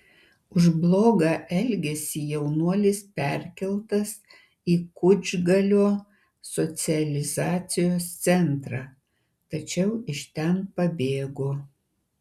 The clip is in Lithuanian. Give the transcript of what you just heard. už blogą elgesį jaunuolis perkeltas į kučgalio socializacijos centrą tačiau iš ten pabėgo